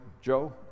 Joe